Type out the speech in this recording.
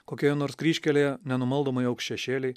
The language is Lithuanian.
kokioje nors kryžkelėje nenumaldomai augs šešėliai